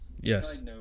yes